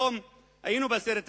היינו בסרט הזה.